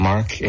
Mark